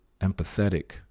empathetic